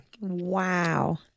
Wow